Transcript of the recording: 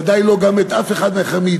ובוודאי לא גם את אף אחד מאתנו.